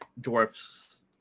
dwarf's